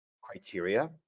criteria